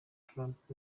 trump